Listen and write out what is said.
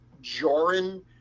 Joran